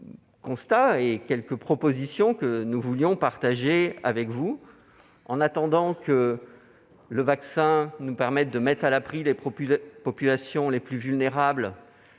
et propositions que nous voulions partager avec vous, en attendant que le vaccin nous permette de mettre à l'abri les populations les plus vulnérables